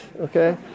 okay